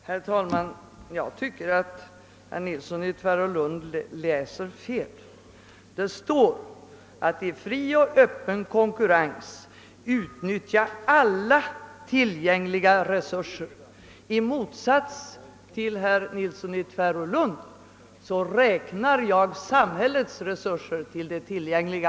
Herr talman! Herr Nilsson i Tvärålund läser fel. Det står att bostadspolitiken bör syfta till att »i fri och öppen konkurrens utnyttja alla tillgängliga resurser». I motsats till herr Nilsson räknar jag samhällets resurser. till de tillgängliga.